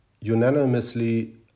unanimously